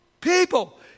people